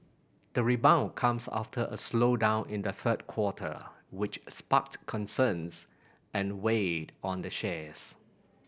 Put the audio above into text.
the rebound comes after a slowdown in the third quarter which sparked concerns and weighed on the shares